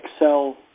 excel